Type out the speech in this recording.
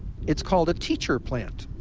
it's called a teacher plant